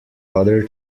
other